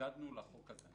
התנגדנו לחוק הזה,